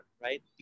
right